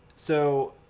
so